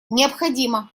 необходимо